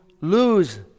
lose